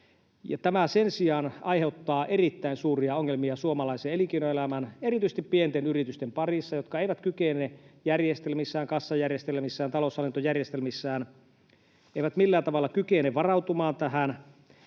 Tämä sen sijaan aiheuttaa erittäin suuria ongelmia suomalaisen elinkeinoelämän, erityisesti pienten yritysten, parissa, jotka eivät kykene järjestelmissään — kassajärjestelmissään, taloushallintojärjestelmissään — millään tavalla varautumaan tähän.